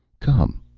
come!